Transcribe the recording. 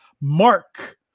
Mark